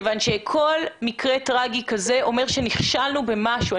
כל מקרה טרגי כזה אומר שנכשלנו במשהו.